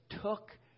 took